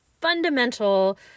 fundamental